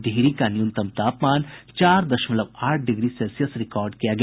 डिहरी का न्यूनतम तापमान चार दशमलव आठ डिग्री सेल्सियस रिकॉर्ड किया गया